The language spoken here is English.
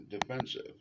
defensive